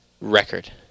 record